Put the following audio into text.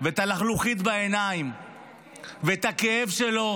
ואת הלחלוחית בעיניים ואת הכאב שלו,